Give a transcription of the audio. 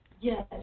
Yes